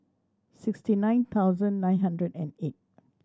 sixty nine thousand nine hundred and eight